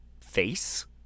face